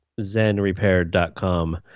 zenrepair.com